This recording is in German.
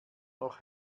noch